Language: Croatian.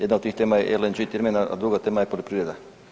Jedna od tih tema je LNG terminal, a druga tema je poljoprivreda.